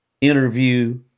Interview